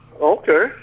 Okay